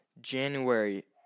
January